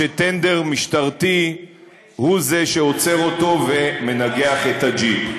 וטנדר משטרתי הוא שעוצר אותו ומנגח את הג'יפ.